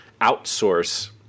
outsource